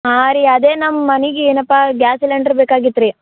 ಹಾಂ ರೀ ಅದೇ ನಮ್ಮ ಮನೆಗೆ ಏನಪ್ಪ ಗ್ಯಾಸ್ ಸಿಲಿಂಡ್ರ್ ಬೇಕಾಗಿತ್ತು ರೀ